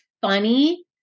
funny